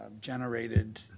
generated